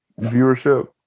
viewership